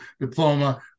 diploma